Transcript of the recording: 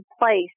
place